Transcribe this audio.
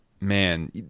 man